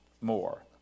more